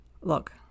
look